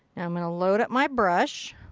i'm gonna load up my brush.